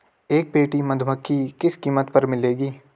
एक पेटी मधुमक्खी किस कीमत पर मिलेगी?